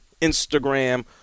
Instagram